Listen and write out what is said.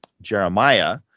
Jeremiah